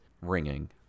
ringing